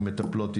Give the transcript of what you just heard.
מטפלות,